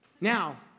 Now